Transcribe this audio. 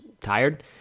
tired